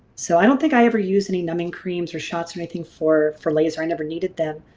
so i don't think i ever use any numbing creams or shots or anything for for laser, i never needed them.